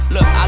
Look